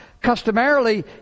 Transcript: Customarily